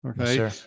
Okay